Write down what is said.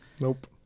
Nope